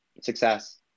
success